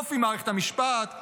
אופי מערכת המשפט,